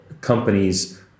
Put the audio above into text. companies